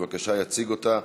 בבקשה, יציג אותה.